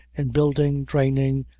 in building, draining,